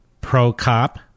Pro-cop